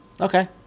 Okay